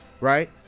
right